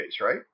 right